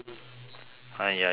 hi you're yawning again